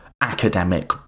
academic